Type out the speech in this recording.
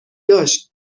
داشت